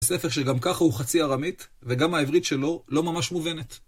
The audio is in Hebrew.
ספר שגם כך הוא חצי ארמית, וגם העברית שלו לא ממש מובנת.